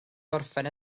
gorffen